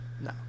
no